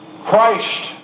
Christ